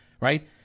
right